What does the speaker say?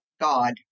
God